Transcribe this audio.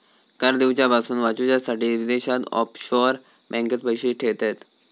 कर दिवच्यापासून वाचूच्यासाठी विदेशात ऑफशोअर बँकेत पैशे ठेयतत